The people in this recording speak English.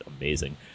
amazing